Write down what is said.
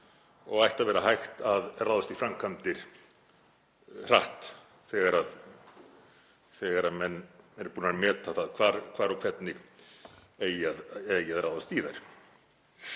og ætti að vera hægt að ráðast í framkvæmdir hratt þegar menn eru búnir að meta það hvar og hvernig eigi að ráðast í þær.